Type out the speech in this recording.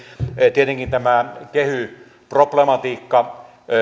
tietenkin tämä kehy problematiikka